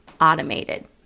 automated